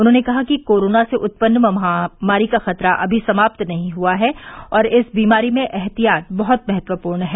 उन्होंने कहा कि कोरोना से उत्पन्न महामारी का खतरा अभी समाप्त नहीं हुआ है और इस बीमारी में एहतियात बहुत महत्वपूर्ण है